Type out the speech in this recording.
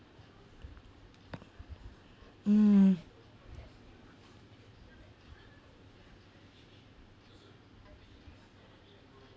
mm